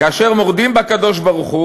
כאשר מורדים בקדוש-ברוך-הוא,